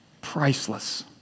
priceless